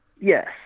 yes